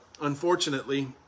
unfortunately